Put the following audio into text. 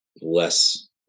less